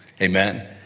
amen